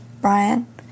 Brian